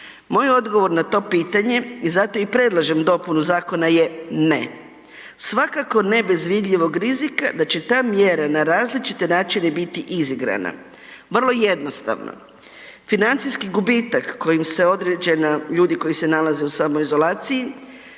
Moj odgovor na to pitanje i zato i predlažem dopunu zakona je ne. Svakako ne bez vidljivog rizika da će ta mjera na različite načine biti izigrana. Vrlo jednostavno, financijski gubitak kojim se određena ljudi koji se nalaze u samoizolaciji,